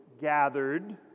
gathered